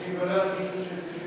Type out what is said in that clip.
אנשים כבר לא ירגישו שהם צריכים